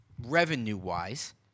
revenue-wise